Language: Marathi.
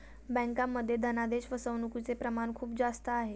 बँकांमध्ये धनादेश फसवणूकचे प्रमाण खूप जास्त आहे